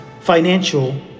financial